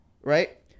right